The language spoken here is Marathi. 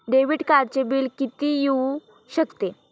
डेबिट कार्डचे बिल किती येऊ शकते?